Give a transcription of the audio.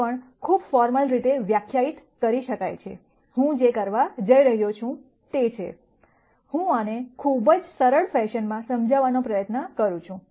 આ પણ ખૂબ ફોર્મલ રીતે વ્યાખ્યાયિત કરી શકાય છે હું જે કરવા જઇ રહ્યો છું તે છે હું આને ખૂબ જ સરળ ફેશનમાં સમજાવવાનો પ્રયત્ન કરું છું